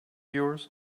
yours